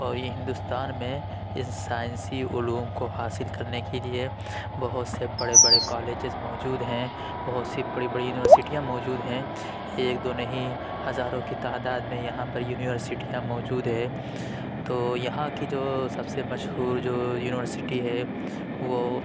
اور یہ ہندوستان میں ان سائنسی علوم کو حاصل کرنے کے لیے بہت سے بڑے بڑے کالجز موجود ہیں بہت سی بڑی بڑی یونیورسٹیاں موجود ہیں ایک دو نہیں ہزاروں کی تعداد میں یہاں پر یونیورسٹیاں موجود ہیں تو یہاں کی جو سب سے مشہور جو یونیورسٹی ہے وہ